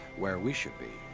where we should be.